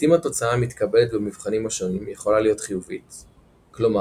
לעיתים התוצאה המתקבלת במבחנים השונים יכולה להיות חיובית כלומר,